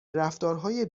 رفتارهای